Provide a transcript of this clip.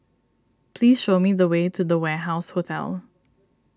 please show me the way to the Warehouse Hotel